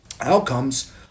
outcomes